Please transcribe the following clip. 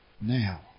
now